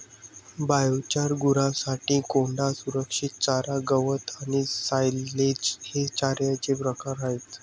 biochar, गुरांसाठी कोंडा, संरक्षित चारा, गवत आणि सायलेज हे चाऱ्याचे प्रकार आहेत